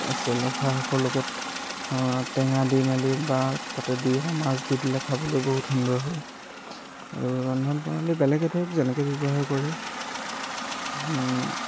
আছে লফা শাকৰ লগত টেঙা দি মেলি বা তাতে দুই এটা মাছ দি দিলে খাবলৈ বহুত সুন্দৰ হয় আৰু ৰন্ধন প্ৰণালী বেলেগে ধৰক যেনেকৈ ব্যৱহাৰ কৰে